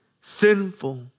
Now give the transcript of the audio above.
sinful